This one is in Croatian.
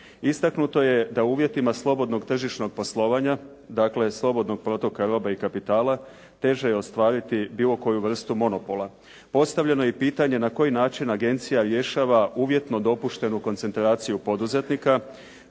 Istaknuto je da u uvjetima slobodnog tržišnog poslovanja, dakle slobodnog protoka robe i kapitala teže je ostvariti bilo koju vrstu monopola. Postavljeno je i pitanje na koji način agencija rješava uvjetno dopuštenu koncentraciju poduzetnika,